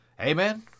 Amen